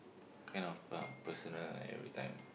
kind of um personal every time